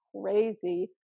crazy